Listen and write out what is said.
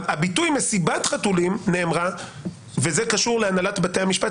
הביטוי מסיבת חתולים נאמר וזה קשור להנהלת בתי המשפט,